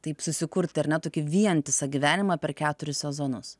taip susikurti ar ne tokį vientisą gyvenimą per keturis sezonus